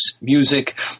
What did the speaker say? music